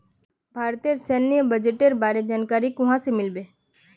भारतेर सैन्य बजटेर बारे जानकारी कुहाँ से मिल बे